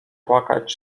płakać